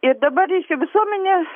ir dabar reiškia visuomenė